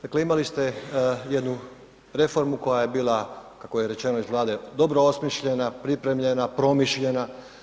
Dakle imali ste jedna reformu koja je bila, kako je rečeno iz Vlade dobro osmišljena, pripremljena, promišljena.